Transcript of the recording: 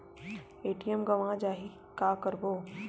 ATM गवां जाहि का करबो?